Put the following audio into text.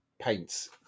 paints